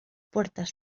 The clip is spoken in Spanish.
puertas